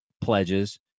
pledges